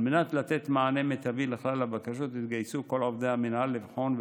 על מנת לתת מענה מיטבי על כלל הבקשות התגייסו כל עובדי המנהל לבחון,